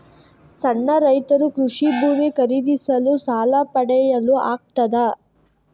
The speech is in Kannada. ಸಣ್ಣ ರೈತರು ಕೃಷಿ ಭೂಮಿ ಖರೀದಿಸಲು ಸಾಲ ಪಡೆಯಲು ಆಗ್ತದ?